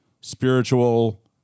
spiritual